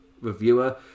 reviewer